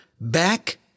Back